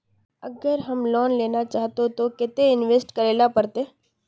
अगर हम लोन लेना चाहते तो केते इंवेस्ट करेला पड़ते?